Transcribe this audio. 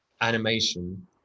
animation